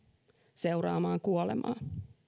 seuraamaan kuolemaa